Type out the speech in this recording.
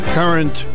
current